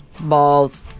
Balls